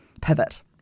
pivot